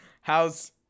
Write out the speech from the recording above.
How's